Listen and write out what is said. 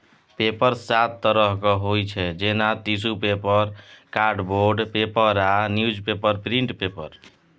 paper सात तरहक होइ छै जेना टिसु पेपर, कार्डबोर्ड पेपर आ न्युजपेपर प्रिंट पेपर